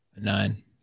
Nine